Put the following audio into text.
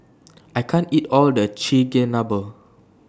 I can't eat All of This Chigenabe